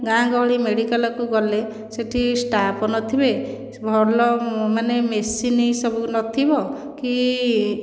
ଗାଁ ଗହଳି ମେଡ଼ିକାଲକୁ ଗଲେ ସେଇଠି ସ୍ଟାଫ ନଥିବେ ଭଲ ମାନେ ମେସିନ୍ ସବୁ ନଥିବ କି